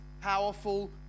powerful